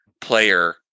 player